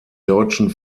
deutschen